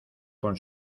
con